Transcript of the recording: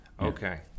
Okay